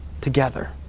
together